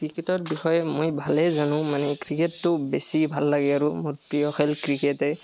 ক্ৰিকেটৰ বিষয়ে মই ভালেই জানো মানে ক্ৰিকেটটো বেছি ভাল লাগে আৰু মোৰ প্ৰিয় খেল ক্ৰিকেটেই